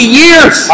years